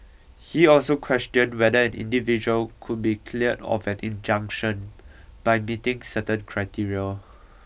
he also questioned whether an individual could be cleared of an injunction by meeting certain criteria